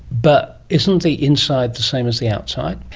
but isn't the inside the same as the outside?